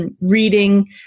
reading